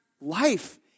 life